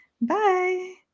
Bye